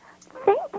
Thank